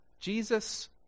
Jesus